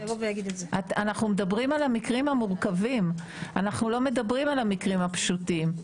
אנחנו לא מדברים על המקרים הפשוטים.